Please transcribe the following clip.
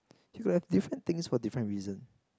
you got like different things for different reason